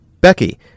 Becky